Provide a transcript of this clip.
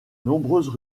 nombreuses